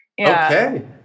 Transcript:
Okay